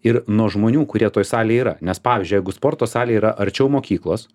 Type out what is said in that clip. ir nuo žmonių kurie toj salėj yra nes pavyzdžiui jeigu sporto salė yra arčiau mokyklos